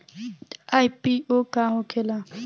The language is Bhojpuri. आई.पी.ओ का होखेला?